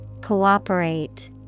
Cooperate